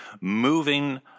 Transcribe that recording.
moving